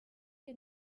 ihr